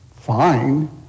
fine